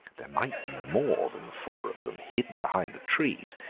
there might be more than four of them hidden behind the trees,